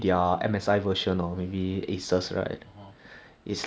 wait when the thi~ the thirty seventy thirty eighty come out the price will drop also right